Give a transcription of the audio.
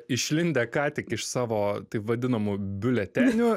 išlindę ką tik iš savo taip vadinamų biuletenių